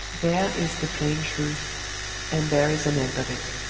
there is the plain truth and there is an end of it!